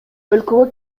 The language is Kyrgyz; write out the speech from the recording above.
өлкөгө